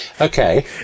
Okay